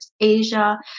Asia